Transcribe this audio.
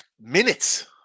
minutes